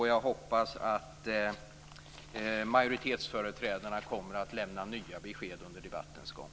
Jag hoppas att majoritetsföreträdarna kommer att lämna nya besked under debattens gång.